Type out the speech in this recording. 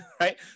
right